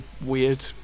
weird